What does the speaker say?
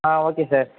ah okay sir